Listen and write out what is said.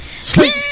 Sleep